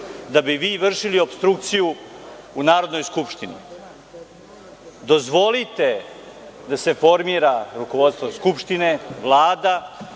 da bi vi vršili opstrukciju u Narodnoj skupštini. Dozvolite da se formira rukovodstvo Skupštine, Vlada,